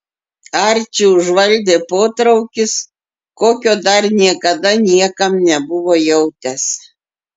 arčį užvaldė potraukis kokio dar niekada niekam nebuvo jautęs